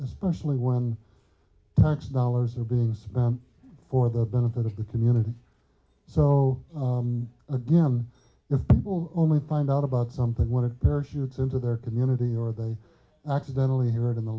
especially when tax dollars are being spent for the benefit of the community so again if people only find out about something when it persecutes into their community or they accidentally heard in the